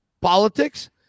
politics